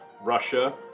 Russia